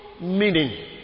meaning